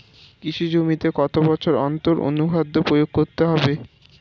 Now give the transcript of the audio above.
কৃষি জমিতে কত বছর অন্তর অনুখাদ্য প্রয়োগ করতে হবে?